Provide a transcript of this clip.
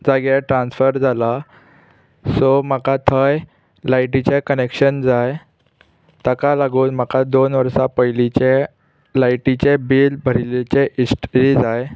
जाग्यार ट्रान्सफर जाला सो म्हाका थंय लायटीचें कनेक्शन जाय ताका लागून म्हाका दोन वर्सां पयलींचे लायटीचे बिल भरिल्लेचे हिस्ट्री जाय